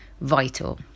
vital